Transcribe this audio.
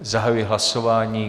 Zahajuji hlasování.